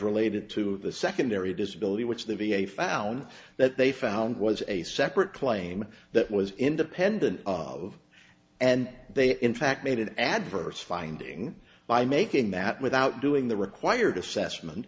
related to the secondary disability which the v a found that they found was a separate claim that was independent of and they in fact made an adverse finding by making that without doing the required assessment